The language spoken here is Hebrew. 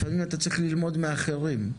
צריך ללמוד מאחרים.